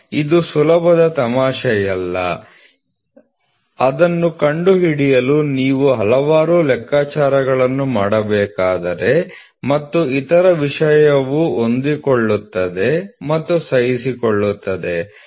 ಇದು ಸುಲಭದ ತಮಾಷೆಯಲ್ಲ ಅದನ್ನು ಕಂಡುಹಿಡಿಯಲು ನೀವು ಹಲವಾರು ಲೆಕ್ಕಾಚಾರಗಳನ್ನು ಮಾಡಬೇಕಾದರೆ ಮತ್ತು ಇತರ ವಿಷಯವು ಹೊಂದಿಕೊಳ್ಳುತ್ತದೆ ಮತ್ತು ಸಹಿಸಿಕೊಳ್ಳುತ್ತದೆ